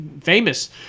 famous